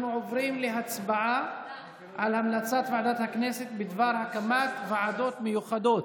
אנחנו עוברים להצבעה על המלצת ועדת הכנסת בדבר הקמת ועדות מיוחדות.